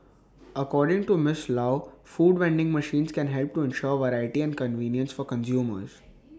according to miss low food vending machines can help to ensure variety and convenience for consumers